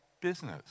business